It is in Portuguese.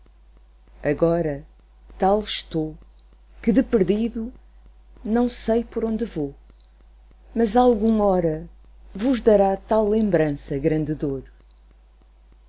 amor agora tal estou que de perdido não sei por onde vou mas algü'hora vos dará tal lembrança grande dor